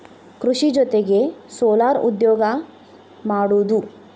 ಕೃಷಿ ಜೊತಿಗೆ ಸೊಲಾರ್ ಉದ್ಯೋಗಾ ಮಾಡುದು